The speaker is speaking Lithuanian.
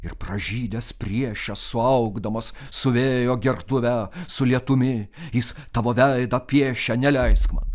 ir pražydęs prieše suaugdamas su vėjo gertuve su lietumi jis tavo veidą piešia neleisk man